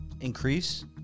Increase